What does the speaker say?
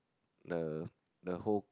the the whole